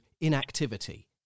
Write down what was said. inactivity